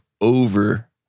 over